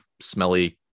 smelly